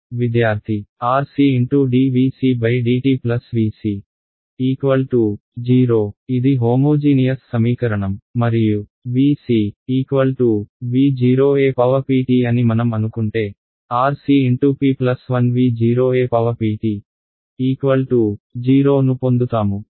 విద్యార్థి RC x dVC dt VC 0 ఇది homogeneous సమీకరణం మరియు VC V 0 e p t అని మనం అనుకుంటే RC × p 1 V 0 ept 0 ను పొందుతాము